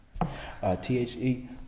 T-H-E